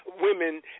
women